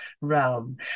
realm